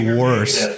worse